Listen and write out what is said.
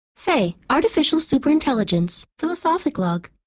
faye. artificial super intelligence. philosophic log